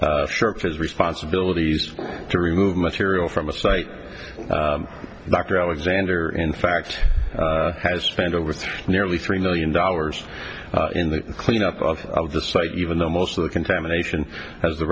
his responsibilities to remove material from a site dr alexander in fact has spent over nearly three million dollars in the cleanup of the site even though most of the contamination as the